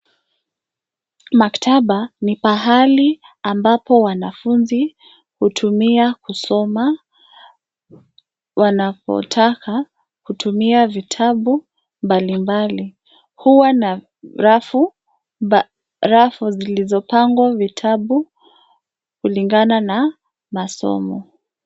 Maktaba ni pahali ambapo wanafunzi hutumia kusoma, wanapotaka kutumia vitabu mbalimbali. Huwa na rafu zilizopangwa vitabu kulingana na masomo.